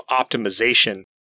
optimization